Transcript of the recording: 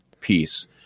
peace